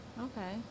Okay